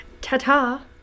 Ta-ta